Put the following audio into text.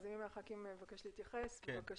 אז אם מי מהח"כים מבקש להתייחס בבקשה.